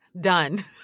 Done